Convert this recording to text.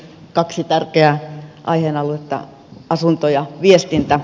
kaksi tärkeää aihealuetta asunto ja viestintä